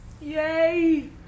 Yay